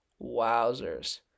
wowzers